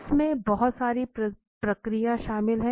इसमें बहुत सारी प्रक्रियाएं शामिल हैं